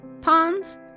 ponds